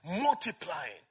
multiplying